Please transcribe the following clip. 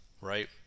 right